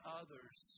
others